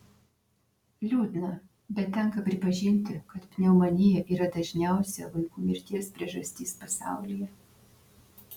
liūdna bet tenka pripažinti kad pneumonija yra dažniausia vaikų mirties priežastis pasaulyje